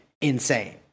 insane